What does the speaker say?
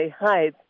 hi